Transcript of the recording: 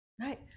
Right